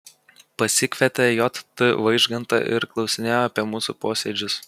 pasikvietė j t vaižgantą ir klausinėjo apie mūsų posėdžius